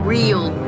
Real